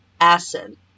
acid